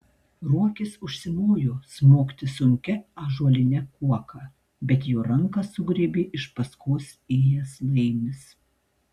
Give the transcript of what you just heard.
ruokis užsimojo smogti sunkia ąžuoline kuoka bet jo ranką sugriebė iš paskos ėjęs laimis